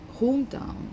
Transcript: hometown